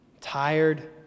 tired